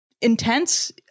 intense